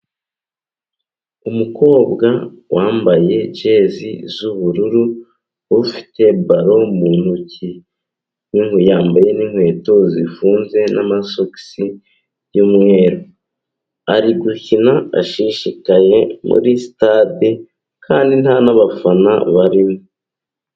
Umukobwa wambaye jezi z'ubururu ufite baro mu ntoki, yambaye n'inkweto zifunze n'amasogi y'umweru. Ari gukina ashishikaye muri sitade, kandi nta n'abafana barimo.